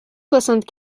soixante